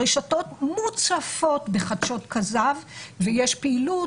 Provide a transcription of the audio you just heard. הרשתות מוצפות בחדשות כזב ויש פעילות